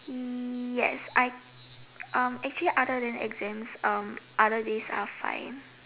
yes I um actually other than exams um other days are fine